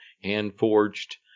hand-forged